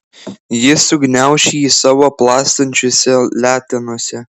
ji sugniauš jį savo plastančiose letenose